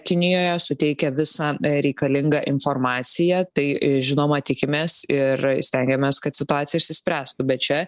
kinijoje suteikia visą reikalingą informaciją tai žinoma tikimės ir stengiamės kad situacija išsispręstų bet čia